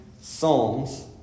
Psalms